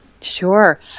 Sure